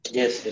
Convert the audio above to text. yes